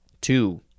two